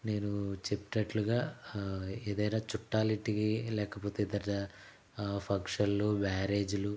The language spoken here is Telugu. నేను చెప్తినట్లుగా ఏదైనా చుట్టాలింటికి లేకపోతే ఏదైనా ఫంక్షన్లు మ్యారేజ్లు